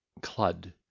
clud